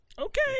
Okay